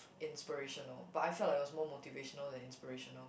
inspirational but I felt like it was more motivational than inspirational